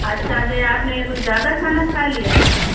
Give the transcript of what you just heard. اچھا جی آپ نے یہ کچھ زیادہ کھانا کھا لیا تھا